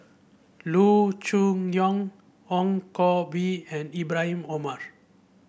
Loo Choon Yong Ong Koh Bee and Ibrahim Omar